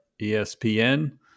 ESPN